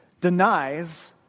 denies